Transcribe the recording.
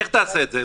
איך תעשה את זה?